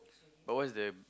but what is the